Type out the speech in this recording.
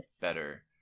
better